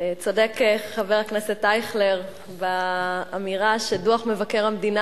צודק חבר הכנסת אייכלר באמירה שדוח מבקר המדינה